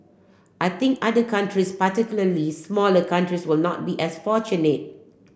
I think other countries particularly smaller countries will not be as fortunate